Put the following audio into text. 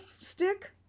stick